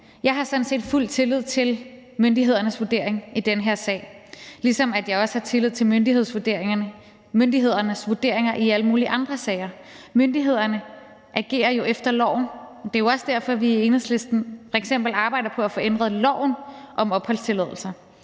jeg sådan set har fuld tillid til myndighedernes vurdering i den her sag, ligesom jeg også har tillid til myndighedernes vurderinger i alle mulige andre sager. Myndighederne agerer jo efter loven. Det er også derfor, vi i Enhedslisten f.eks. arbejder på at få ændret loven om opholdstilladelser,